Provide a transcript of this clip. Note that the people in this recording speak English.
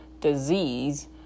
disease